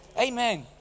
Amen